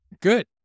Good